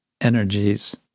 energies